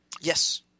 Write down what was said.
Yes